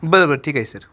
बरं बरं ठीक आहे सर